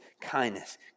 kindness